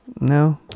No